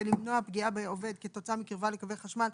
למנוע פגיעה בעובד כתוצאה מקרבה לקווי חשמל,